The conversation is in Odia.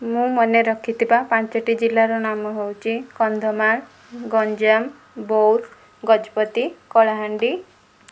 ମୁଁ ମନେ ରଖିଥିବା ପାଞ୍ଚଟି ଜିଲ୍ଲାର ନାମ ହେଉଛି କନ୍ଧମାଳ ଗଞ୍ଜାମ ବଉଦ ଗଜପତି କଳାହାଣ୍ଡି